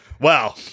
Wow